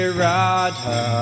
radha